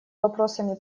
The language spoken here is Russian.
вопросами